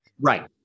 right